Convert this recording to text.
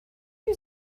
you